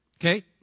Okay